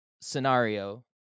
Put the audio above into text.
scenario